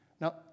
Now